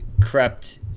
crept